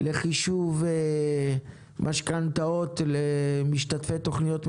לחישוב משכנתאות למשתתפי תוכניות ממשלתיות.